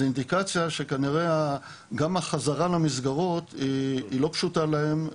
זו אינדיקציה שכנראה גם החזרה למסגרות היא לא פשוטה להם,